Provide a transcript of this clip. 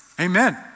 amen